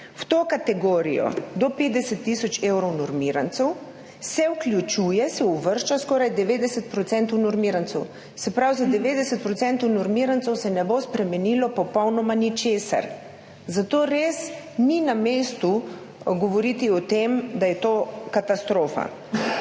V to kategorijo do 50 tisoč evrov normirancev se vključuje, se uvršča skoraj 90 % normirancev. Se pravi, za 90 % normirancev se ne bo spremenilo popolnoma ničesar, zato res ni na mestu govoriti o tem, da je to katastrofa.